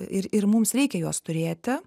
ir ir mums reikia juos turėti